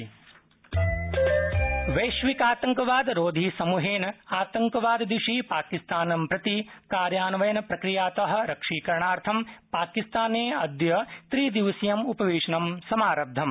Pakistan FATF वैश्विकातंकवाद रोधी समूहेन आतंकवादिशि पाकिस्तानं प्रति कार्यान्वय प्रक्रियातः रक्षीकरणार्थं पाकिस्ताने अद्य त्रिदिवसीयम् उपवेशनम समारब्धम